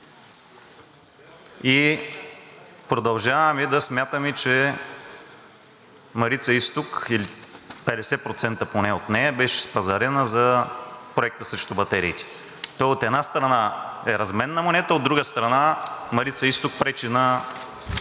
и продължаваме да смятаме, че „Марица изток“ – или поне 50% от нея, беше спазарена срещу проекта за батериите. Той, от една страна, е разменна монета, от друга страна, „Марица изток“ пречи на